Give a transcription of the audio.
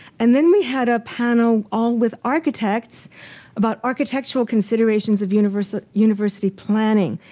and then we had a panel all with architects about architectural considerations of university university planning,